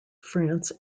france